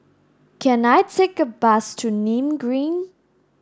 can I take a bus to Nim Green